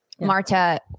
Marta